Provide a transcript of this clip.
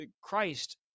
Christ